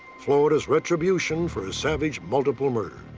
florida's retribution for a savage multiple murder.